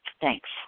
Thanks